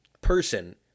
person